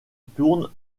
tourne